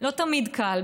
לא תמיד קל,